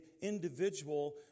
individual